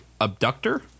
Abductor